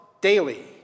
daily